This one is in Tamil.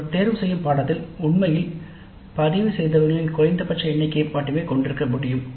ஒரு தேர்தலில் உண்மையில் பதிவுசெய்தவர்களின் குறைந்தபட்ச எண்ணிக்கையை மட்டுமே கொண்டிருக்க முடியும்